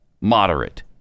moderate